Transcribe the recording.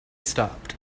stopped